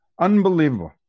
Unbelievable